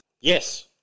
Yes